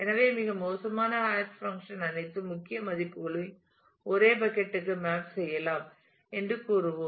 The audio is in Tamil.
எனவே மிக மோசமான ஹாஷ் பங்க்ஷன் அனைத்து முக்கிய மதிப்புகளையும் ஒரே பக்கட் க்கு மேப் செய்யலாம் என்று கூறுவோம்